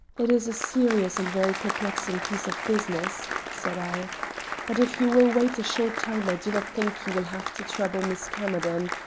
it is a serious and very perplexing piece of business, said i but if you will wait a short time i do not think you will have to trouble miss camerden.